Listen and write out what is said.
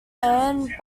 anne